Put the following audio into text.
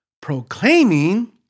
proclaiming